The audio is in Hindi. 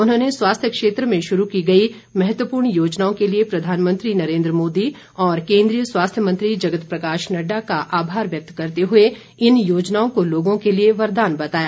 उन्होंने स्वास्थ्य क्षेत्र में शुरू की गई महत्वपूर्ण योजनाओं के लिए प्रधानमंत्री नरेंद्र मोदी और केन्द्रीय स्वास्थ्य मंत्री जगत प्रकाश नड्डा का आभार व्यक्त करते हुए इन योजनाओं को लोगों के लिए वरदान बताया